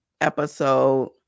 episode